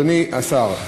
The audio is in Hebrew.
אדוני השר,